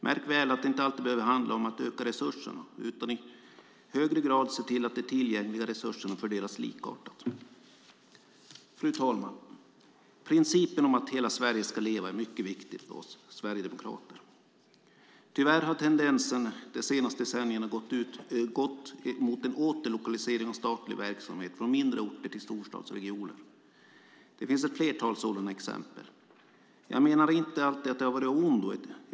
Märk väl att det inte alltid behöver handla om att öka resurserna utan att i högre grad se till att de tillgängliga resurserna fördelas likartat. Fru talman! Principen om att hela Sverige ska leva är mycket viktig för oss sverigedemokrater. Tyvärr har tendensen de senaste decennierna gått mot en återlokalisering av statlig verksamhet från mindre orter till storstadsregioner. Det finns ett flertal sådana exempel. Jag menar inte att det alltid har varit av ondo.